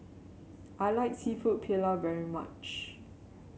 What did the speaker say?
I like seafood Paella very much